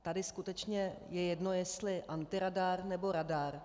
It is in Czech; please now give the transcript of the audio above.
Tady je skutečně jedno, jestli antiradar, nebo radar.